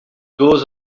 goes